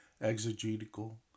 exegetical